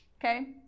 Okay